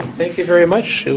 thank you very much,